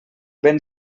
ben